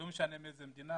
לא משנה מאיזה מדינה,